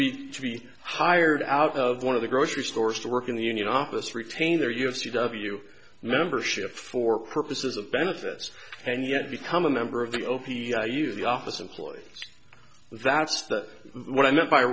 to be hired out of one of the grocery stores to work in the union office retainer you have c w membership for purposes of benefits and yet become a member of the opi you the office employee that's what i meant by